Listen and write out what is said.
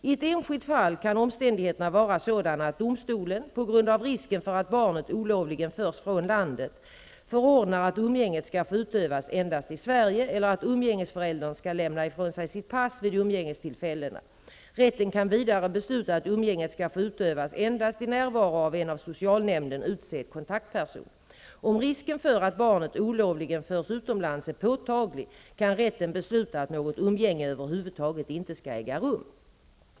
I ett enskilt fall kan omständigheterna vara sådana att domstolen, på grund av risken för att barnet olovligen förs från landet, förordnar att umgänget skall få utövas endast i Sverige eller att umgängesföräldern skall lämna ifrån sig sitt pass vid umgängestillfällena. Rätten kan vidare besluta att umgänget skall få utövas endast i närvaro av en av socialnämnden utsedd kontaktperson. Om risken för att barnet olovligen förs utomlands är påtaglig, kan rätten besluta att något umgänge över huvud taget inte skall äga rum.